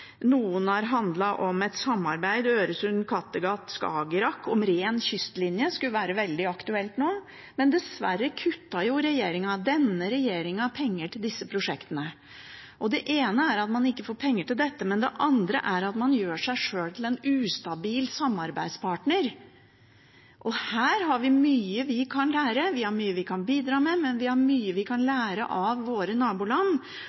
Noen har handlet om et samarbeid Øresund–Kattegat–Skagerrak om ren kystlinje. Det skulle være veldig aktuelt nå, men dessverre kuttet denne regjeringen i pengene til disse prosjektene. Én ting er at man ikke får penger til dette, en annen ting er at man gjør seg selv til en ustabil samarbeidspartner. Her har vi mye vi kan lære. Vi har mye vi kan bidra med, men vi har mye vi kan lære av våre naboland,